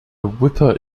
wiper